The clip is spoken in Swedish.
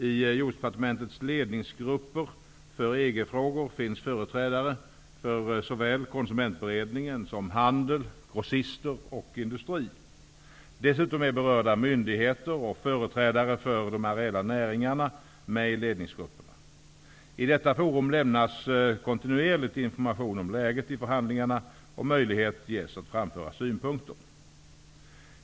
I Jordbruksdepartementets ledningsgrupper för EG-frågor finns företrädare för såväl Konsumentberedningen som handel, grossister och industri. Dessutom är berörda myndigheter och företrädare för de areella näringarna med i ledningsgrupperna. I detta forum lämnas kontinuerligt information om läget i förhandlingarna och möjlighet ges att framföra synpunkter.